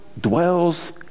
dwells